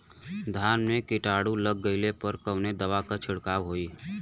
धान में कीटाणु लग गईले पर कवने दवा क छिड़काव होई?